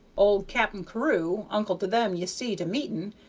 old cap'n carew, uncle to them ye see to meeting,